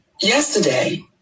yesterday